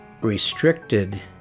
restricted